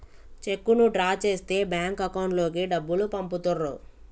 చెక్కును డ్రా చేస్తే bank account లోకి డబ్బులు పంపుతుర్రు